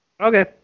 Okay